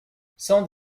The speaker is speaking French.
sand